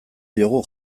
diogu